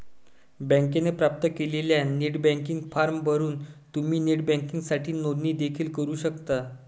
बँकेने प्राप्त केलेला नेट बँकिंग फॉर्म भरून तुम्ही नेट बँकिंगसाठी नोंदणी देखील करू शकता